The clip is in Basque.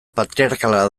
patriarkala